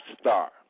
star